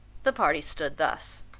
the parties stood thus